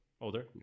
Older